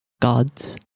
gods